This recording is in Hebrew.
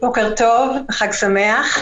בוקר טוב וחג שמח.